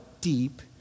deep